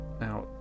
Now